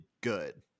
good